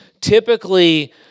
typically